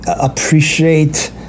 appreciate